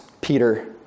Peter